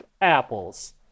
apples